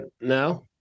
now